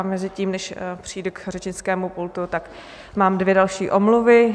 Mezitím, než přijde k řečnickému pultu, mám dvě další omluvy.